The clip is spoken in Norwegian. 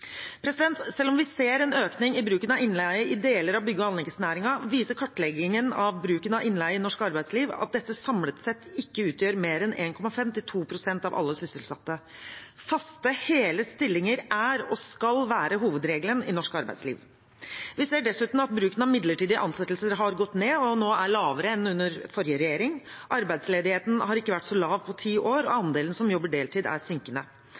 Selv om vi ser en økning i bruken av innleie i deler av bygg- og anleggsnæringen, viser kartleggingen av bruken av innleie i norsk arbeidsliv at dette samlet sett ikke utgjør mer enn 1,5–2 pst. av alle sysselsatte. Faste, hele stillinger er og skal være hovedregelen i norsk arbeidsliv. Vi ser dessuten at bruken av midlertidige ansettelser har gått ned og nå er lavere enn under forrige regjering, arbeidsledigheten har ikke vært så lav på 10 år, og andelen som jobber deltid, er synkende.